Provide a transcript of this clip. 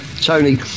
tony